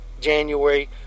January